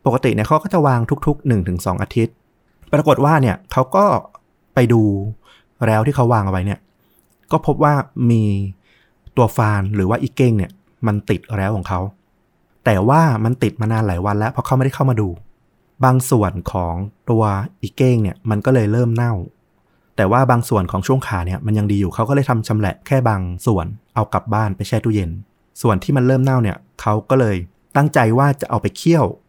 ปกติเนี่ยเขาก็จะวางทุกๆหนึ่งถึงสองอาทิตย์ ปรากฏว่าเนี่ยเขาก็ไปดูแล้วที่เขาวางเอาไว้เนี่ยก็พบว่ามีตัวฟานหรือว่าอีเก้งเนี่ยมันติดแล้วของเขา แต่ว่ามันติดมานานหลายวันแล้วเพราะเขาไม่ได้เข้ามาดู บางส่วนของตัวอีเก้งเนี่ยมันก็เลยเริ่มเน่า แต่ว่าบางส่วนของช่วงขาเนี่ยมันยังดีอยู่ เขาก็เลยทำชำแหละแค่บางส่วนเอากลับบ้านไปแช่ตู้เย็น ส่วนที่มันเริ่มเน่าเนี่ยเขาก็เลยตั้งใจว่าจะเอาไปเคี่ยว